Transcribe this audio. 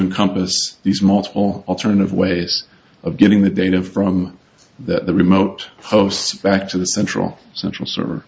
encompass these multiple alternative ways of getting the data from that remote hosts back to the central central server